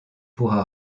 pourra